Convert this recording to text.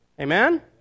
Amen